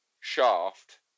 shaft